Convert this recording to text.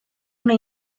una